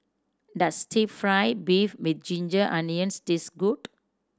does fry beef with ginger onions taste good